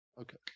Okay